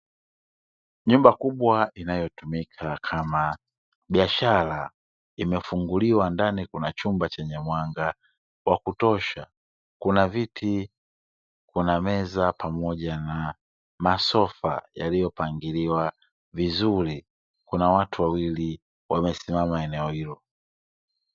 Nyumba kubwa inayotumika kama biashara imefunguliwa ndani, kuna chumba chenye mwanga wa kutosha, kuna viti, kuna meza pamoja na masofa yaliyopangiliwa vizuri. Kuna watu wawili wamesimama eneo hilo.